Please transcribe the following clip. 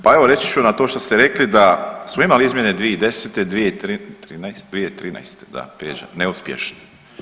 Pa evo reći ću na to što ste rekli da smo imali izmjene 2010., 2013. da teže, neuspješne.